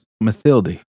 Mathilde